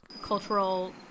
cultural